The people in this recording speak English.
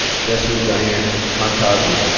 jessie diane pantazi.